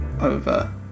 over